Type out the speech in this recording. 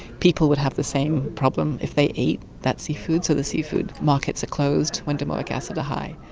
people would have the same problem if they ate that seafood, so the seafood markets are closed when domoic acid are high.